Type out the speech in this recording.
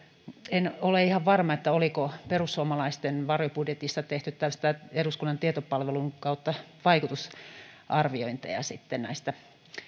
en ole ihan varma oliko perussuomalaisten varjobudjetissa tehty eduskunnan tietopalvelun kautta tällaisia vaikutusarviointeja näistä